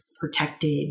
protected